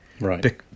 Right